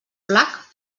flac